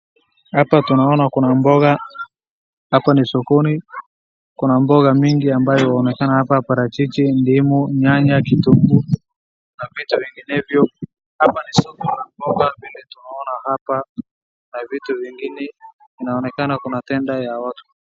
Hapa tunaona kuna mboga. Hapa ni sokoni. Kuna mboga mingi ambayo inaonekana hapa parachichi, ndimu, nyanya, kitunguu na vitu vingenevyo. Hapa ni soko la mboga vile tunaona hapa kuna vingi na kuna tender ya watu.